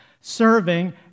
serving